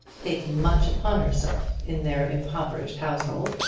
taking much upon herself in their impoverished household,